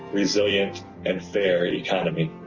resilient and fair and economy.